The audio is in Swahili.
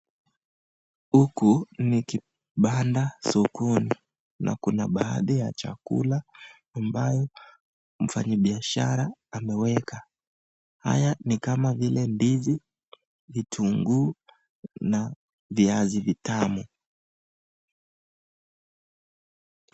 Huku ni kibanda sokoni na kuna baadhi ya vyakula mwanabiashara ameweka, kama vile ndizi, vitunguu na viazi vitamu.